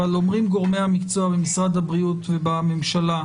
אבל אומרים גורמי המקצוע במשרד הבריאות ובממשלה: